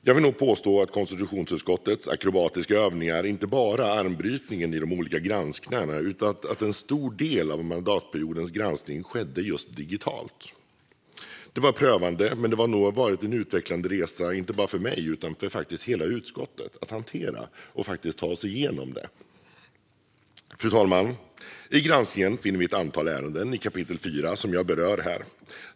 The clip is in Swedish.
Jag vill nog påstå att konstitutionsutskottets akrobatiska övningar, inte bara armbrytningen i de olika granskningarna, har skett utifrån att en stor del av mandatperiodens granskning skedde digitalt. Det var prövande, men det har nog varit en utvecklande resa inte bara för mig utan för hela utskottet att hantera och ta sig igenom. Fru talman! I granskningen finner vi ett antal ärenden i kapitel 4 som jag berör här.